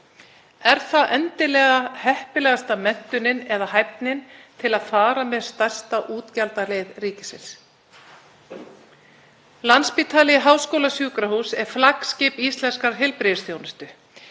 Er það endilega heppilegasta menntunin eða hæfnin til að fara með stærsta útgjaldalið ríkisins? Landspítali er flaggskip íslenskrar heilbrigðisþjónustu.